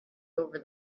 over